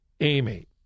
Amy